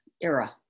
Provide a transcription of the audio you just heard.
era